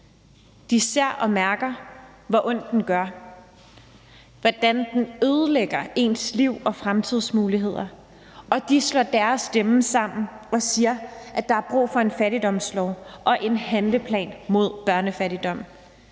De ser og mærker, hvor ondt den gør, hvordan den ødelægger ens liv og fremtidsmuligheder, og de slår deres stemme sammen og siger, at der er brug for en fattigdomslov og en handleplan mod børnefattigdom.